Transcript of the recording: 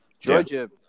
Georgia